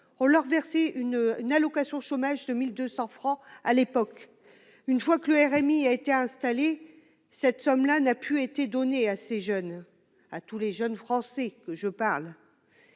on leur verser une une allocation chômage 2200 francs à l'époque, une fois que le RMI a été installée cette somme là n'a plus été donnée à ces jeunes à tous les jeunes Français que je parle,